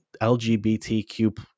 LGBTQ